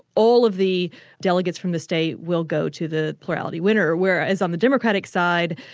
all of the delegates from the state will go to the plurality winner, whereas on the democratic side,